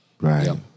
Right